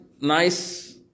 nice